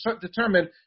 determine